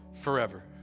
forever